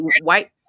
white